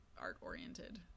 art-oriented